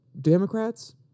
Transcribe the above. Democrats